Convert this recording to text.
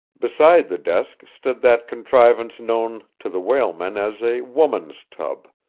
beside the desk stood that contrivance known to the whalemen as a woman's tub